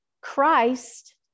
Christ